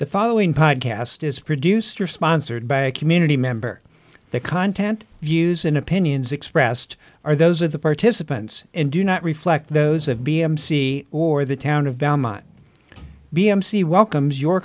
the following podcast is produced or sponsored by a community member the content views and opinions expressed are those of the participants and do not reflect those of b m c or the town of b m c welcomes your